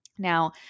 Now